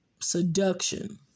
seduction